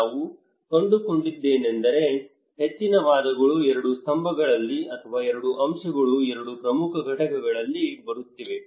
ನಾವು ಕಂಡುಕೊಂಡದ್ದೇನೆಂದರೆ ಹೆಚ್ಚಿನ ವಾದಗಳು ಎರಡು ಸ್ತಂಭಗಳಲ್ಲಿ ಅಥವಾ ಎರಡು ಅಂಶಗಳ ಎರಡು ಪ್ರಮುಖ ಘಟಕಗಳಲ್ಲಿ ಬರುತ್ತಿವೆ